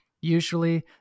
usually